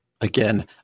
Again